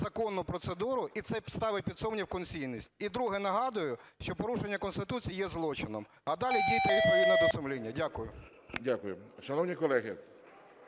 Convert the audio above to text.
законну процедуру, і це ставить під сумнів конституційність. І друге. Нагадую, що порушення Конституції є злочином, а далі дійте відповідно до сумління. Дякую. ГОЛОВУЮЧИЙ. Дякую. Шановні колеги!